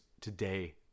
today